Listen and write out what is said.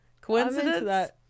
Coincidence